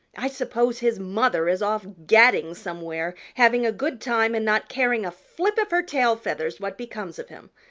i suppose his mother is off gadding somewhere, having a good time and not caring a flip of her tail feathers what becomes of him.